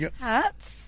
hats